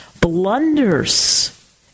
blunders